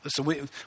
Listen